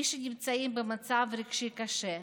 למי שנמצאים במצב רגשי קשה.